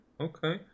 Okay